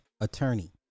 attorney